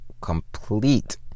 complete